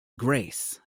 grace